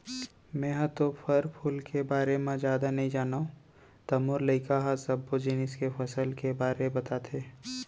मेंहा तो फर फूल के बारे म जादा नइ जानव त मोर लइका ह सब्बो जिनिस के फसल के बारे बताथे